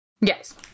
Yes